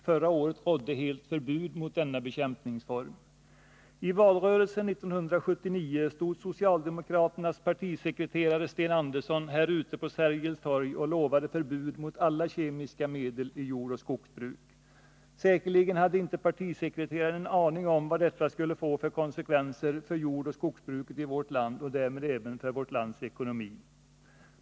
Förra året rådde helt förbud mot denna bekämpningsform. I valrörelsen 1979 stod socialdemokraternas partisekreterare Sten Andersson här ute på Sergels torg och lovade förbud mot alla kemiska medel i jordoch skogsbruk. Säkerligen hade inte partisekreteraren en aning om vad detta skulle få för konsekvenser för jordoch skogsbruket i vårt land och därmed även för vårt lands ekonomi.